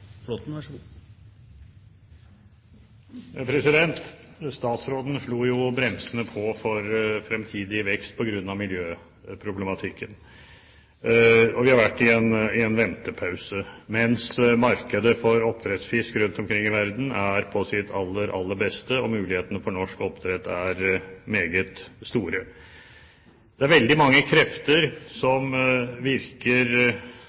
Statsråden slo jo bremsene på for fremtidig vekst på grunn av miljøproblematikken. Vi har vært i en ventepause mens markedet for oppdrettsfisk rundt omkring i verden er på sitt aller, aller beste, og mulighetene for norsk oppdrett er meget store. Det er veldig mange krefter som virker